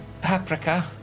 Paprika